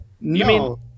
no